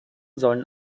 sollen